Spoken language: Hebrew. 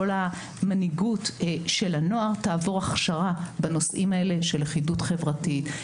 כל המנהיגות של הנוער תעבור הכשרה בנושאים האלה של לכידות חברתית,